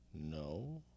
No